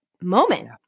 moment